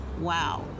Wow